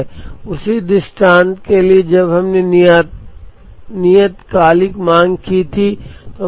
इसलिए हम 1250 जैसी सुविधाजनक संख्या का चयन करेंगे जिसका उपयोग हमने पहले के चित्रों के लिए किया था इसलिए यहां बहुत बदलाव नहीं हुआ है